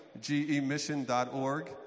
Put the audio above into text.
gemission.org